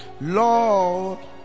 Lord